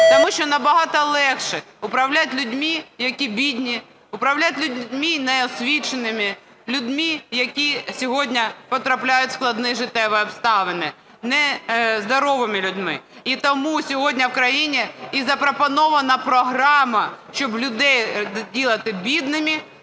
Тому що набагато легше управляти людьми які бідні, управляти людьми неосвіченими, людьми які сьогодні потрапляють в складні життєві обставини, не здоровими людьми. І тому сьогодні в країні і запропонована програма, щоб людей робити бідними